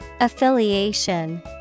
affiliation